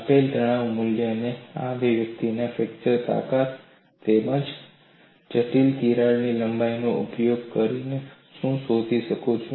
આપેલ તણાવ મૂલ્ય માટે આ અભિવ્યક્તિ ફ્રેક્ચર તાકાત તેમજ જટિલ તિરાડ લંબાઈનો ઉપયોગ કરીને હું શોધી શકું છું